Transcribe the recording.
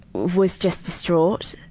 was just distraught.